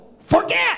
forget